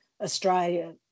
Australia